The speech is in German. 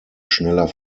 schneller